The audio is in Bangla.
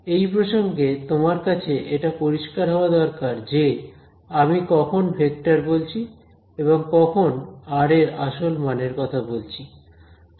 এই প্রসঙ্গে তোমার কাছে এটা পরিস্কার হওয়া দরকার যে আমি কখন ভেক্টর বলছি এবং কখন r এর আসল মানের কথা বলছি